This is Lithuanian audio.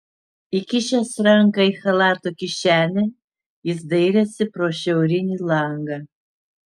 įkišęs ranką į chalato kišenę jis dairėsi pro šiaurinį langą